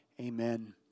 amen